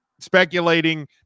speculating